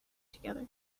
together